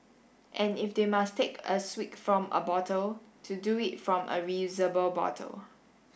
and if they must take a swig from a bottle to do it from a reusable bottle